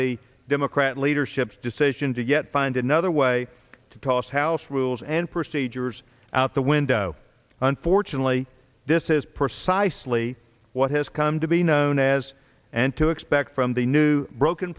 the democrat leadership's decision to yet find another way to toss house rules and procedures out the window unfortunately this is precisely what has come to be known as and to expect from the new broken